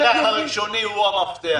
המפתח הראשוני הוא המפתח.